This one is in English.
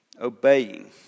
obeying